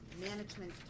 Management